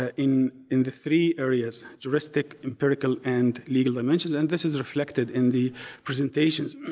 ah in in the three areas, juristic, empirical and legal dimensions and this is reflected in the presentations.